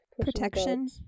protection